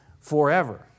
forever